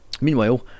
Meanwhile